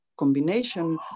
combination